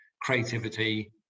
creativity